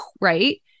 right